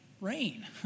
rain